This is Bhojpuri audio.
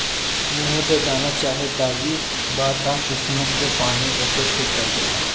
मुहे पर दाना चाहे दागी बा त किशमिश के पानी ओके ठीक कर देला